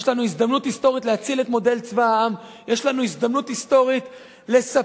יש לנו הזדמנות היסטורית להציל את מודל צבא העם.